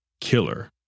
killer